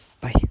Bye